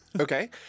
Okay